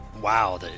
Wow